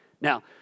Now